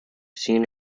seen